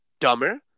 dumber